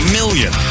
million